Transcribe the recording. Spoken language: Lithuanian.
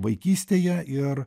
vaikystėje ir